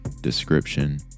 description